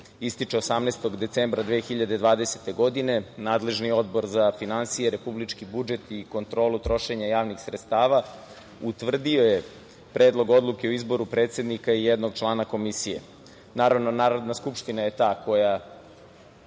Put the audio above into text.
ističe 18. decembra 2020. godine nadležni Odbor za finansije, republički budžet i kontrolu trošenja javnih sredstava utvrdio je Predlog odluke o izboru predsednika i jednog člana Komisije. Naravno, Narodna skupština je ta koja